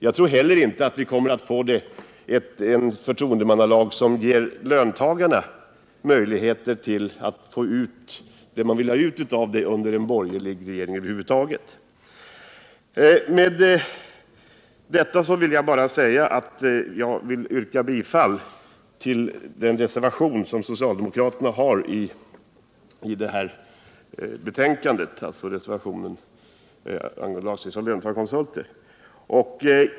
Jag tror inte att vi kommer att få en förtroendemannalag som ger löntagarna vad de vill ha ut av en sådan under en borgerlig regering över huvud taget. Med detta vill jag yrka bifall till den reservation som socialdemokraterna fogat till det här betänkandet, alltså reservationen om lagstiftning beträffande löntagarkonsulter.